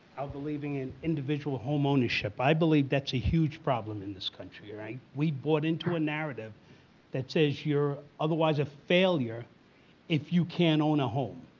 how believing in individual home ownership. i believe that's a huge problem in this country, right? we bought into a narrative that says you're otherwise a failure if you can't own a home,